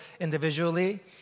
individually